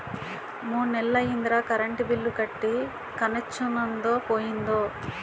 మూడ్నెల్లయ్యిందిరా current bill కట్టీ కనెచ్చనుందో పోయిందో